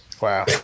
Wow